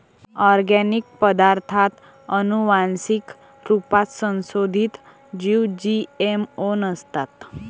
organic पदार्ताथ आनुवान्सिक रुपात संसोधीत जीव जी.एम.ओ नसतात